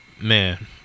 Man